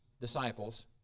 disciples